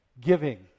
Giving